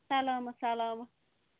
سلامت سلامت